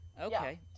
Okay